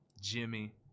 Jimmy